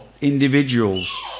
individuals